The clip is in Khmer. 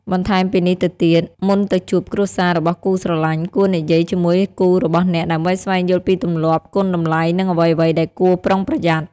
បន្តែមពីនេះទៅទៀត មុនទៅជួបគ្រួសាររបស់គូស្រលាញ់ គួរនិយាយជាមួយគូរបស់អ្នកដើម្បីស្វែងយល់ពីទំលាប់ គុណតម្លៃ និងអ្វីៗដែលគួរប្រុងប្រយ័ត្ន។